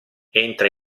entra